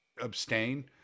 abstain